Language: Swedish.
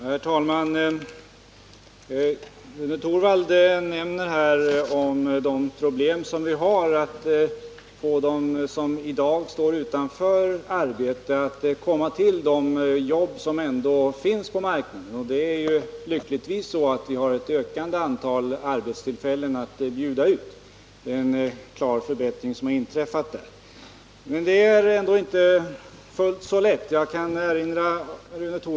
Herr talman! Rune Torwald nämnde de problem vi har att få dem som i dag står utanför arbetsmarknaden att komma till de jobb som ändå finns på marknaden. Det är lyckligtvis så att vi har ett ökande antal arbetstillfällen att bjuda ut — det är en klar förbättring som har inträffat på den punkten. Men det är inte fullt så lätt avhjälpt som Rune Torwald tycks tro.